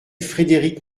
frédéric